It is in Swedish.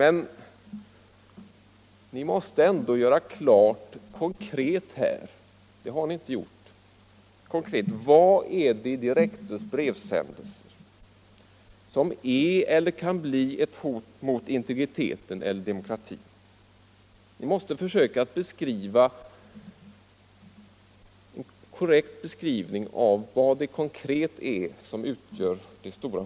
Men vi måste göra klart rent konkret — och det har ni inte gjort — vad det är i Direktus reklambrev som är eller kan bli ett hot mot integriteten eller demokratin. Vi måste försöka att ge en konkret beskrivning av vad det är som utgör hotet.